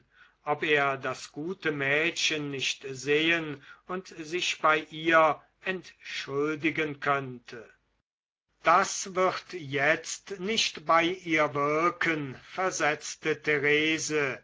ob er das gute mädchen nicht sehen und sich bei ihr entschuldigen könnte das wird jetzt nicht bei ihr wirken versetzte therese